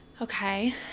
Okay